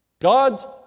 God's